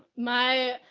my,